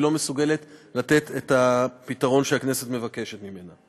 היא לא מסוגלת לתת את הפתרון שהכנסת מבקשת ממנה.